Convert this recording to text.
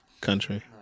country